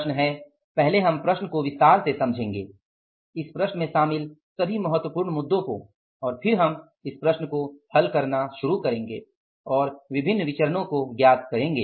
प्रश्न है पहले हम प्रश्न को विस्तार से समझेंगे इस प्रश्न में शामिल सभी महत्वपूर्ण मुद्दों को और फिर हम इस प्रश्न को हल करना शुरू करेंगे और विभिन्न विचरणो को ज्ञात करेंगे